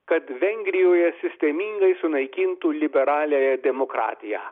kad vengrijoje sistemingai sunaikintų liberaliąją demokratiją